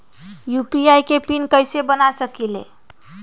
UPI के PIN कैसे बना सकीले?